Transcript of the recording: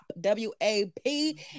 w-a-p